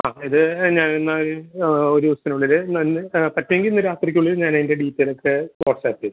ആ ഇത് ഞാൻ എന്നാൽ ഒരു ദിവസത്തിനുള്ളിൽ ഇന്നുതന്നെ പറ്റുമെങ്കിൽ ഇന്ന് രാത്രിക്കുള്ളിൽ ഞാൻ അതിൻ്റെ ഡീറ്റെയിൽസ് ഒക്കെ വാട്സപ്പ് ചെയ്യാം